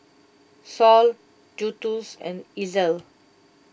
Saul Justus and Ezell